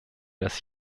das